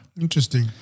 Interesting